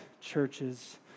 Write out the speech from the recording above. churches